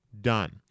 done